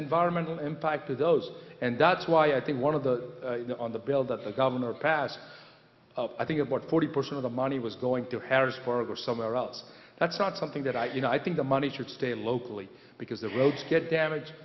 environmental impact to those and that's why i think one of the on the bill that the governor passed i think of what forty percent of the money was going to heritage for somewhere else that's not something that i you know i think the money should stay locally because the roads get damaged